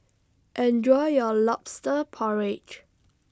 Enjoy your Lobster Porridge